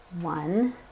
one